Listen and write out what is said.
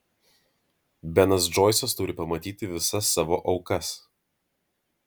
benas džoisas turi pamatyti visas savo aukas